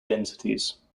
densities